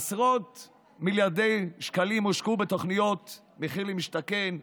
עשרות מיליארדי שקלים הושקעו בתוכניות מחיר למשתכן,